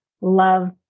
Love